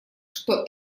что